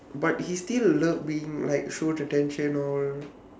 but he still love being like attention all